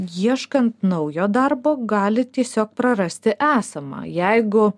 ieškant naujo darbo gali tiesiog prarasti esamą jeigu